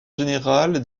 général